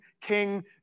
King